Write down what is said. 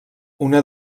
una